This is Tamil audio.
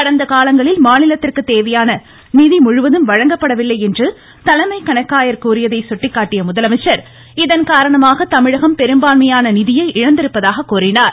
கடந்த காலங்களில் மாநிலத்திற்கு தேவையான நிதி முழுவதும் வழங்கப்படவில்லை என்று தலைமை கணக்காயர் கூறியதை சுட்டிக்காட்டிய முதலமைச்சர் இதன்காரணமாக தமிழகம் பெரும்பான்மையான நிதியை இழந்திருப்பதாக கூறினார்